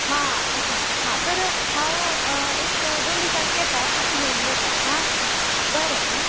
हां अशें हां तर हांव एक दोन दिसांनी येता आनी घेवन वता हां बरें हां